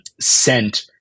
sent